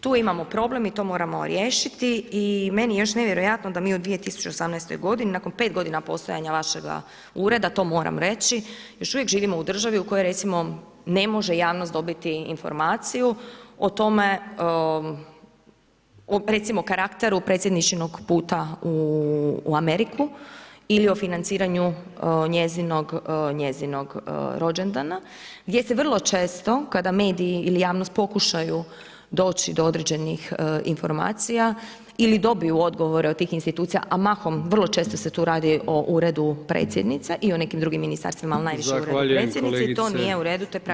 Tu imamo problem i to moramo riješiti i meni je još nevjerojatno da mi u 2018. nakon pet godina postojanja vašega ureda, to moram reći, još uvijek živimo u državi u kojoj recimo ne može javnost dobiti informaciju o tome o recimo karakteru predsjedničinog puta u Ameriku ili o financiranju njezinog rođendana gdje se vrlo često kada mediji ili javnost pokušaju doći do određenih informacija ili dobiju odgovore od tih institucija, a mahom vrlo često se tu radi o Uredu predsjednice i o nekim drugim ministarstvima, ali najviše o Uredu predsjednice, to nije uredu to je praksa koju treba